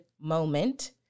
moment